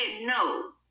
no